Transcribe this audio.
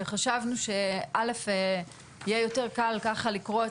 שחשבנו ש-א' יהיה יותר קל ככה לקרוא את